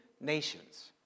nations